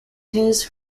his